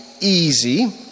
easy